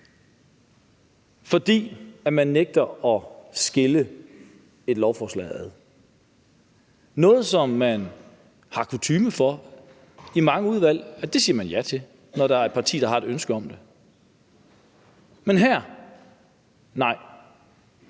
fordi man nægter at dele et lovforslag – noget, som er kutyme i mange udvalg; det siger man ja til, når der er et parti, der har et ønske om det. Men her: Nej